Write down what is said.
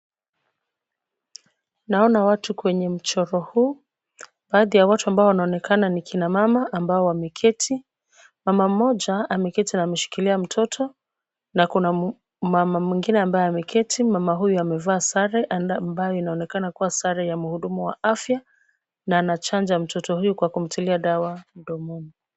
Naona watu kwenye mchoro huu. Baadhi ya watu ambao wanaonekana ni kina mama ambao wameketi. Mama mmoja ameketi na ameshikilia mtoto na kuna mama mwingine ambaye ameketi. Mama huyu amevaa sare, ambayo inaonekana kuwa sare ya mhudumu wa afya na anachanja mtoto huyu kwa kumtilia dawa mdomoni.